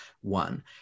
one